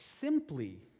simply